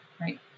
right